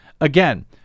Again